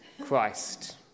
Christ